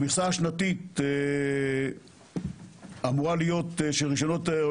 המכסה השנתית אמורה להיות של רישיונות או